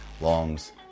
Long's